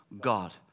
God